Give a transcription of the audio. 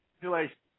Congratulations